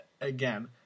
Again